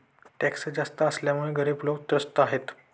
tax जास्त असल्यामुळे गरीब लोकं त्रस्त आहेत